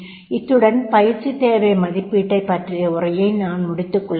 இத்துடன் பயிற்சி தேவை மதிப்பீட்டைப் பற்றிய உரையை நான் முடித்துக் கொள்கிறேன்